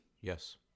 Yes